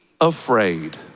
afraid